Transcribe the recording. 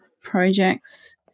projects